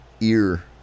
ear